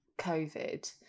COVID